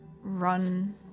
run